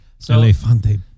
Elefante